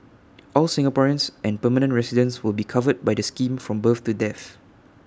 all Singaporeans and permanent residents will be covered by the scheme from birth to death